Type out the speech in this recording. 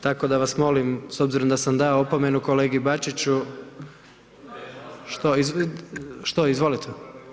Tako da vas molim s obzirom da sam dao opomenu kolegi Bačiću, što izvolite.